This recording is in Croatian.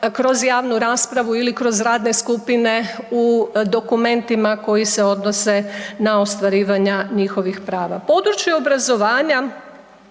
kroz javnu raspravu ili kroz radne skupine u dokumentima koji se odnose na ostvarivanja njihovih prava. Područje obrazovanja